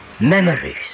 memories